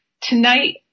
Tonight